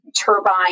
turbine